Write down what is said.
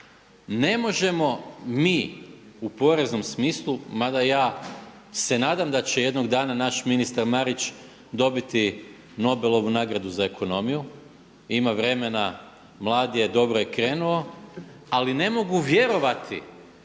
ne možemo mi u poreznom smislu, mada ja se nadam će jednog dana naš ministar Marić dobiti Nobelovu nagradu za ekonomiju, ima vremena, mlad je, dobro je krenuo, ali ne mogu vjerovati